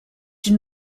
une